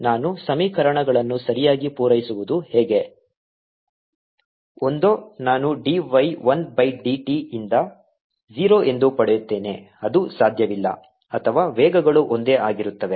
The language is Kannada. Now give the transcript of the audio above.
ನಂತರ ನಾನು ಸಮೀಕರಣಗಳನ್ನು ಸರಿಯಾಗಿ ಪೂರೈಸುವುದು ಹೇಗೆ ಒಂದೋ ನಾನು d y I by d t ಯಿಂದ 0 ಎಂದು ಪಡೆಯುತ್ತೇನೆ ಅದು ಸಾಧ್ಯವಿಲ್ಲ ಅಥವಾ ವೇಗಗಳು ಒಂದೇ ಆಗಿರುತ್ತವೆ